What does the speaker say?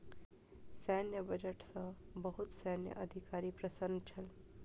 सैन्य बजट सॅ बहुत सैन्य अधिकारी प्रसन्न छल